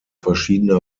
verschiedener